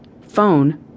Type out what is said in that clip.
Phone